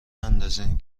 نندازین